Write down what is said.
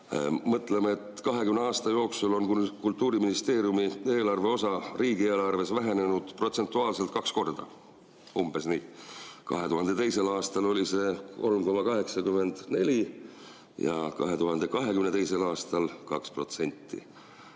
mõtleme, et 20 aasta jooksul on Kultuuriministeeriumi eelarveosa riigieelarves vähenenud protsentuaalselt kaks korda, umbes nii. 2002. aastal oli see 3,84% ja 2022. aastal on